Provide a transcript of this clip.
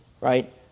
right